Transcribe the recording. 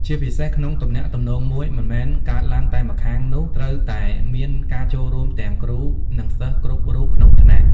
ជាពិសេស ក្នុងទំនាក់ទំនងមួយ មិនមែនកើតឡើងតែម្ខាងនោះត្រូវតែមានការចូលរួមទាំងគ្រូនិងសិស្សគ្រប់រូបក្នុងថ្នាក់។